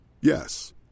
Yes